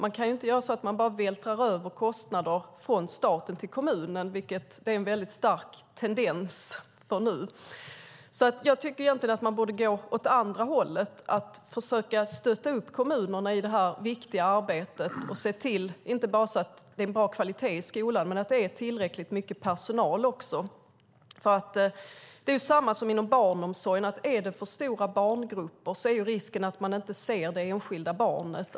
Man kan inte bara vältra över kostnader från staten till kommunen, vilket är en stark tendens att göra nu. Jag tycker egentligen att man borde gå åt andra hållet och försöka stötta upp kommunerna i det viktiga arbetet och se till inte bara att det är bra kvalitet i skolan utan också att det är tillräckligt mycket personal. Det är som inom barnomsorgen: Är det för stora barngrupper är risken att man inte ser det enskilda barnet.